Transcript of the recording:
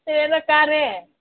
ꯇꯔꯦꯠꯂꯛ ꯀꯥꯔꯦ